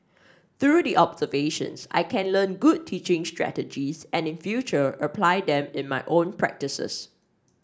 through the observations I can learn good teaching strategies and in future apply them in my own practices